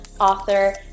author